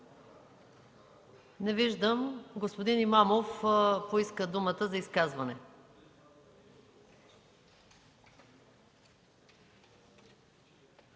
Не виждам. Господин Имамов поиска думата за изказване.